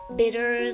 bitter